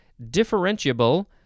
differentiable